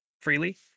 freely